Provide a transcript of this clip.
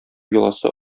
йоласы